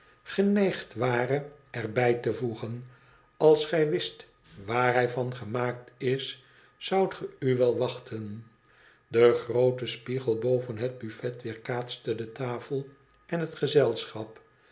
ware er bij te voegen als gij wist waar hij van gemaakt is zoudt ge u wel wachten de groote spiegel boven het buffet weerkaatste de tafel en het gezelschap